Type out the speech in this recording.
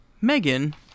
Megan